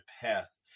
path